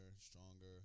stronger